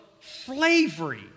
slavery